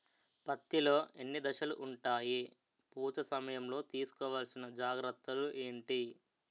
పత్తి లో ఎన్ని దశలు ఉంటాయి? పూత సమయం లో తీసుకోవల్సిన జాగ్రత్తలు ఏంటి?